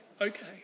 okay